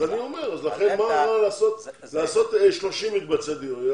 לכן למה לא לעשות 30 מקבצי דיור?